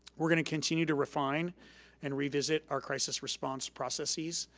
we're gonna continue to refine and revisit our crisis response processes.